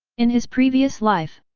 in his previous life,